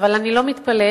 אבל אני לא מתפלאת,